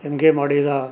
ਚੰਗੇ ਮਾੜੇ ਦਾ